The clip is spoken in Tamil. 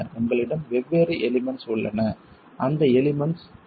உங்களிடம் வெவ்வேறு எலிமெண்ட்ஸ் உள்ளன அந்த எலிமெண்ட்ஸ் என்னென்ன